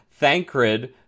Thancred